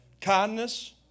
kindness